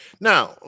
Now